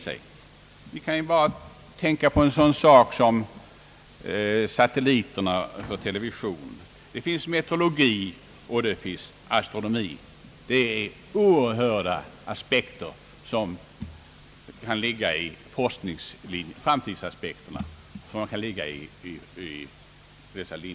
Vi behöver bara tänka på sådant som satelliterna för television, liksom konsekvenserna för meteorologin och astronomin. Rymdforskningen öppnar oerhörda framtidsaspekter på olika områden.